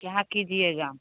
क्या कीजिएगा